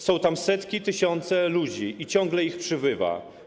Są tam setki, tysiące ludzi i ciągle ich przybywa.